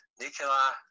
Nikola